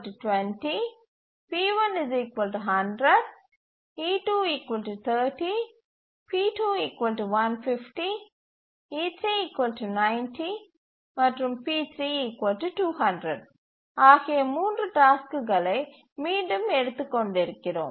e120 p1100 e230 p2150 e390 மற்றும் p3200 ஆகிய 3 டாஸ்க்குகளை மீண்டும் எடுத்து கொண்டிருக்கிறோம்